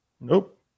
Nope